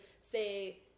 say